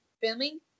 filming